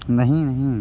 नहीं नहीं